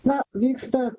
na vyksta